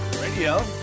Radio